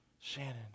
Shannon